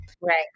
Right